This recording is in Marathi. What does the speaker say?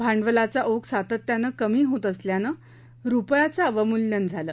भांडवलाचा ओघ सातत्यानं कमी होत असल्यानं यामुळे रूपयाचं अवमूल्यन झालं